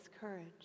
courage